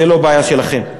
זאת לא בעיה שלכם.